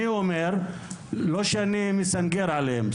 אני לא מסנגר עליהם.